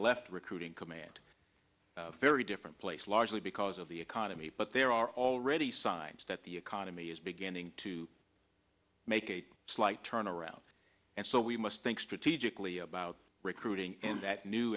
left recruiting command very different place largely because of the economy but there are already signs that the economy is beginning to make a slight turn around and so we must think strategically about recruiting in that new